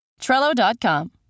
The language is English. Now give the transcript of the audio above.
Trello.com